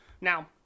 Now